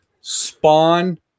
Spawn